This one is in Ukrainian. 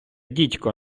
дідько